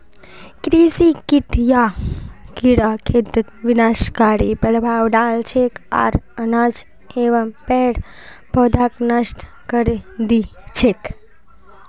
कृषि कीट या कीड़ा खेतत विनाशकारी प्रभाव डाल छेक आर अनाज एवं पेड़ पौधाक नष्ट करे दी छेक